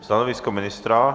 Stanovisko ministra?